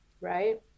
right